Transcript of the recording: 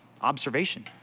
observation